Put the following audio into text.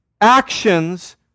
actions